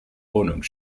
wohnung